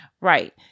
Right